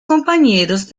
compañeros